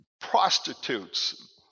prostitutes